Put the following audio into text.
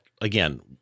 again